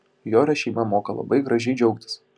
jorio šeima moka labai gražiai džiaugtis